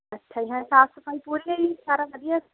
ਅੱਛਾ ਜੀ ਹਾਂ ਸਾਫ਼ ਸਫਾਈ ਪੂਰੀ ਹੈ ਜੀ ਸਾਰਾ ਵਧੀਆ